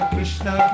Krishna